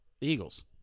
Eagles